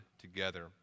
together